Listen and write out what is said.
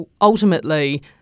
ultimately